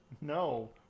No